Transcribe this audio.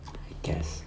I guess